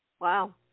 Wow